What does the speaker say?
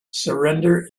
surrender